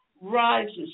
rises